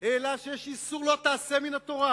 "העלה שיש איסור לא תעשה מן התורה